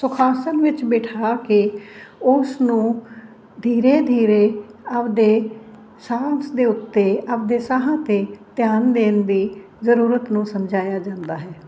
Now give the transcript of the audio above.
ਸੁਖ ਆਸਣ ਵਿੱਚ ਬਿਠਾ ਕੇ ਉਸ ਨੂੰ ਧੀਰੇ ਧੀਰੇ ਆਪਦੇ ਸਾਹ ਦੇ ਉੱਤੇ ਆਪਦੇ ਸਾਹਾਂ 'ਤੇ ਧਿਆਨ ਦੇਣ ਦੀ ਜ਼ਰੂਰਤ ਨੂੰ ਸਮਝਾਇਆ ਜਾਂਦਾ ਹੈ